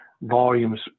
volumes